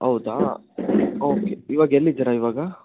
ಹೌದಾ ಓಕೆ ಇವಾಗ ಎಲ್ಲಿದ್ದೀರಿ ಇವಾಗ